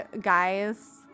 guys